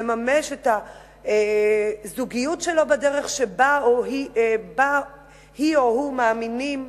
לממש את הזוגיות שלו בדרך שבה היא או הוא מאמינים,